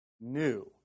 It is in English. new